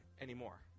anymore